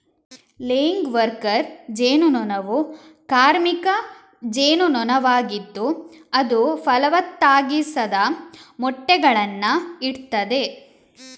laying worker ಜೇನು ನೊಣವು ಕಾರ್ಮಿಕ ಜೇನು ನೊಣವಾಗಿದ್ದು ಅದು ಫಲವತ್ತಾಗಿಸದ ಮೊಟ್ಟೆಗಳನ್ನ ಇಡ್ತದೆ